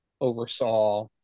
oversaw